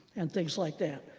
and things like that.